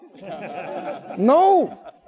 No